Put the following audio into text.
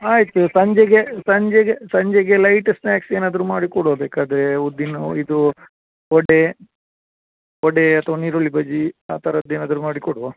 ಆಯಿತು ಸಂಜೆಗೆ ಸಂಜೆಗೆ ಸಂಜೆಗೆ ಲೈಟ್ ಸ್ನ್ಯಾಕ್ಸ್ ಏನಾದರೂ ಮಾಡಿ ಕೊಡುವ ಬೇಕಾದರೆ ಉದ್ದಿನ ಇದು ವಡೆ ವಡೆ ಅಥವಾ ಈರುಳ್ಳಿ ಬಜ್ಜಿ ಆ ಥರದ್ದು ಏನಾದರೂ ಮಾಡಿ ಕೊಡುವ